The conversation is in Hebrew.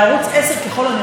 ליוליה שמלוב-ברקוביץ,